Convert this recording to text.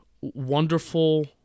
wonderful